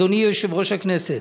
אדוני יושב-ראש הכנסת,